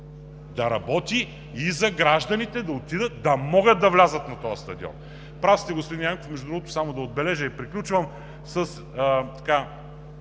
да работи и за гражданите, да отидат, да могат да влязат на този стадион. Прав сте господин Янков. Между другото, само да отбележа и приключвам с